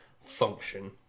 function